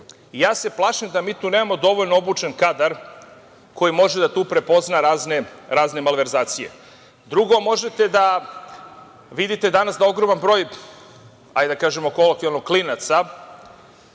ja se plašim da mi tu nemamo dovoljno obučen kadar koji može da tu prepozna razne malverzacije. Drugo, možete da vidite danas da ogroman broj, da kažemo kolokvijalno, klinaca